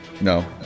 No